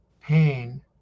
pain